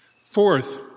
Fourth